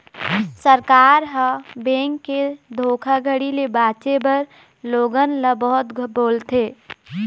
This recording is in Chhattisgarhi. सरकार ह, बेंक के धोखाघड़ी ले बाचे बर लोगन ल बहुत बोलथे